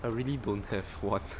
I really don't have [one]